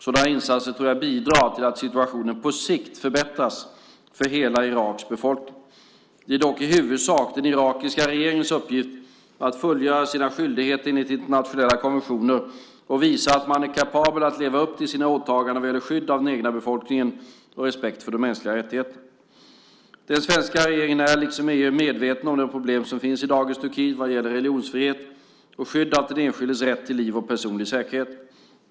Sådana insatser tror jag bidrar till att situationen på sikt förbättras för hela Iraks befolkning. Det är dock i huvudsak den irakiska regeringens uppgift att fullgöra sina skyldigheter enligt internationella konventioner och att visa att man är kapabel att leva upp till sina åtaganden vad gäller skydd av den egna befolkningen och respekt för de mänskliga rättigheterna. Den svenska regeringen är, liksom EU, medveten om de problem som finns i dagens Turkiet vad gäller religionsfrihet och skydd av den enskildes rätt till liv och personlig säkerhet.